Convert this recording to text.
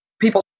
people